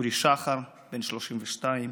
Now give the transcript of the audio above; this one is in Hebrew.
אורי שחר, בן 32,